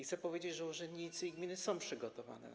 Chcę powiedzieć, że urzędnicy i gminy są przygotowani.